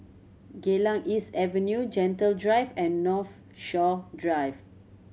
Geylang East Avenue Gentle Drive and Northshore Drive